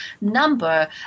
number